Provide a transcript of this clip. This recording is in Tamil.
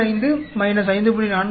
15 5